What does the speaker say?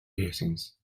piercings